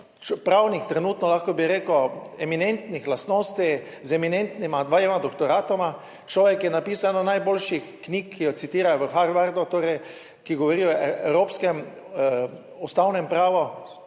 pravnih trenutno, lahko bi rekel, eminentnih lastnosti, z eminentnima dvema doktoratoma, človek, ki je napisal eno najboljših knjig, ki jo citirajo v Harvardu, torej ki govori o evropskem ustavnem pravu